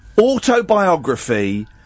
autobiography